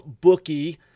bookie